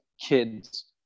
kids